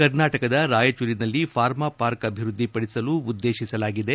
ಕರ್ನಾಟಕದ ರಾಯಚೂರಿನಲ್ಲಿ pharma park ಅಭಿವೃದ್ದಿಪಡಿಸಲು ಉದ್ದೇತಿಸಲಾಗಿದೆ